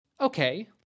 Okay